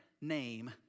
name